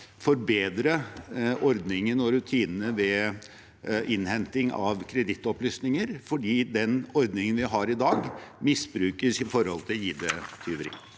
forbedre ordningen og rutinene ved innhenting av kredittopplysninger, for den ordningen vi har i dag, misbrukes når det gjelder ID-tyveri.